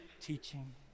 teaching